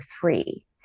three